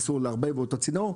אסור לערבב באותו צינור,